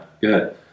Good